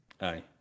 Aye